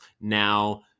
now